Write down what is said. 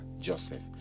Joseph